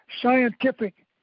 Scientific